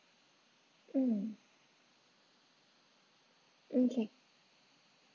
mm mm okay